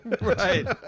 right